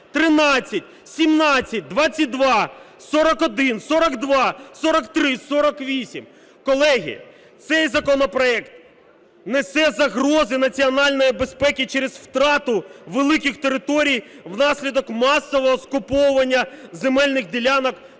13, 17, 22, 41, 42, 43, 48. Колеги, цей законопроект несе загрози національній безпеці через втрату великих територій внаслідок масового скуповування земельних ділянок